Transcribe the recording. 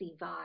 vibe